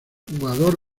jugador